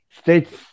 states